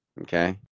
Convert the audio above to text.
okay